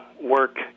work